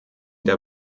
der